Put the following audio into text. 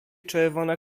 czerwone